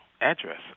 address